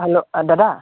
hello দাদা